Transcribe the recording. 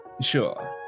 Sure